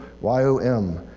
Y-O-M